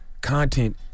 content